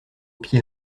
pied